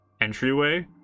entryway